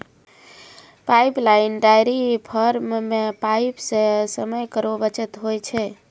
pipeline dairy farm म pipe सें समय केरो बचत होय छै